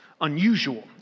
unusual